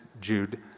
Jude